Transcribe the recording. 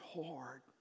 hard